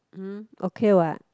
mm okay what